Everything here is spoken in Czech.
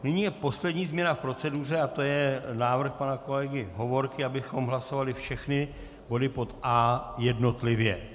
Nyní je poslední změna v proceduře a to je návrh pana kolegy Hovorky, abychom hlasovali všechny body pod A jednotlivě.